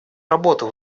работу